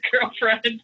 girlfriend